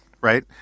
right